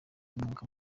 umwaka